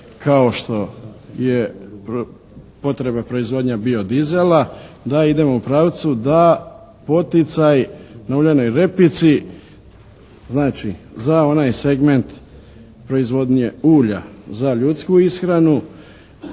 kao što je potreba proizvodnje bio dizela da idemo u pravcu da poticaji na uljanoj repici znači za onaj segment proizvodnje ulja za ljudsku ishranu